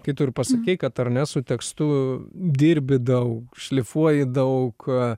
kai tu ir pasakei kad ar ne su tekstu dirbi daug šlifuoji daug